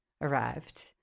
arrived